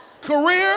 career